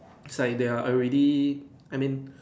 it's like they are already I mean